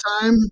time